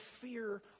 fear